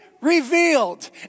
revealed